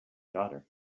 daughter